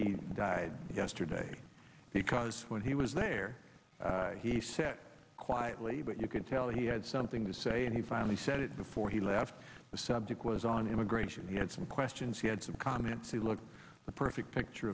he died yesterday because when he was there he sat quietly but you could tell he had something to say and he finally said it before he left the subject was on immigration he had some questions he had some comments he looked a perfect picture